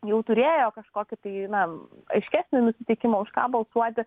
jau turėjo kažkokį tai na aiškesnį nusiteikimą už ką balsuoti